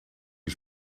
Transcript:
die